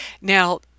Now